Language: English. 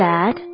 Dad